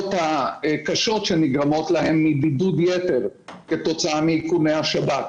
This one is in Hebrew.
הקשות שנגרמות להם מבידוד יתר כתוצאה מאיכוני השב"כ.